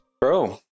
Bro